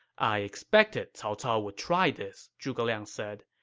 i expected cao cao would try this, zhuge liang said.